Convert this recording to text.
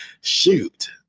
shoot